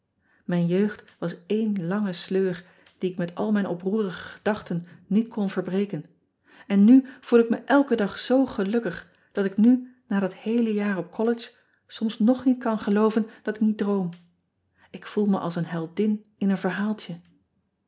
ijn jeugd was één lange sleur die ik met al mijn oproerige gedachten niet kon verbreken en nu voel ik me elken dag zoo gelukkig dat ik nu na dat heele jaar op ollege soms nog niet kan gelooven dat ik niet droom k voel me als een heldin in een verhaaltje